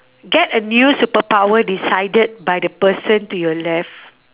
get a new superpower decided by the person to your left